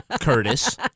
Curtis